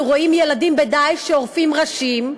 אנחנו רואים ילדים ב"דאעש" שעורפים ראשים,